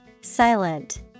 Silent